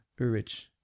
Urich